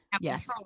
Yes